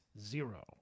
zero